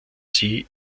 sie